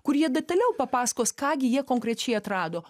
kur jie detaliau papasakos ką gi jie konkrečiai atrado